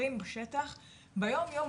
שקורים בשטח ביום יום.